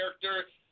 character